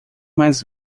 mais